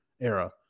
era